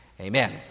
amen